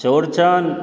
Chaurchan